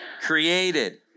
created